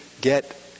get